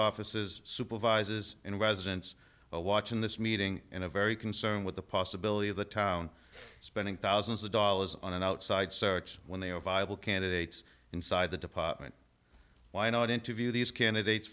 offices supervises and residents watching this meeting in a very concerned with the possibility of the town spending thousands of dollars on an outside search when they are viable candidates inside the department why not interview these candidates